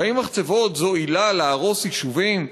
והאם מחצבות הן עילה להרוס יישובים?